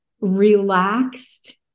relaxed